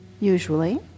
Usually